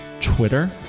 twitter